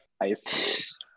Ice